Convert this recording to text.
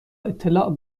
اطلاع